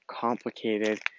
complicated